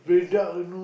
yeah